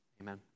Amen